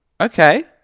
Okay